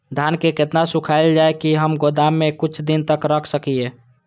धान के केतना सुखायल जाय की हम गोदाम में कुछ दिन तक रख सकिए?